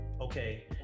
okay